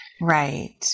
Right